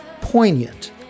poignant